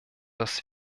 dass